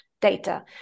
data